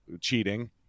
cheating